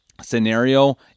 scenario